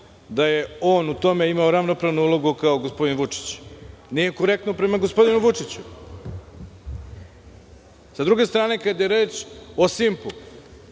da je on u tome imao ravnopravnu ulogu kao gospodin Vučić. Nije korektno prema gospodinu Vučiću. Sa druge strane kada je reč o „Simpu“.